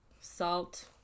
salt